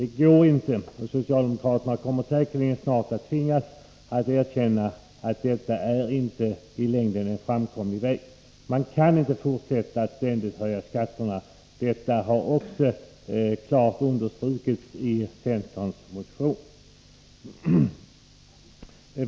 Det går inte, och socialdemokraterna kommer säkerligen snart tvingas erkänna att detta inte i längden är en framkomlig väg. Man kan inte fortsätta att ständigt höja skatterna. Det har också klart understrukits i centerns motion.